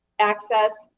access,